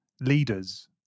leaders